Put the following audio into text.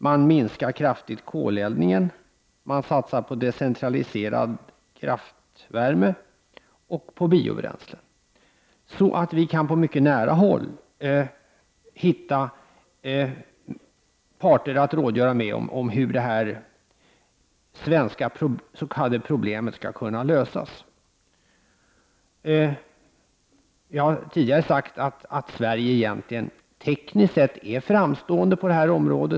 Man minskar koleldningen kraftigt. Man satsar på decentraliserad kraftvärme och på biobränslen. Vi kan alltså på mycket nära håll hitta parter att rådgöra med om hur detta svenska s.k. problem skall kunna lösas. Jag har tidigare sagt att Sverige egentligen är tekniskt sett framstående på detta område.